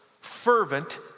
fervent